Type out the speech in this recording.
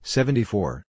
Seventy-Four